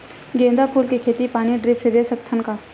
गेंदा फूल के खेती पानी ड्रिप से दे सकथ का?